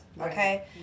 okay